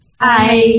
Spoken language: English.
Hi